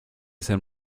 ese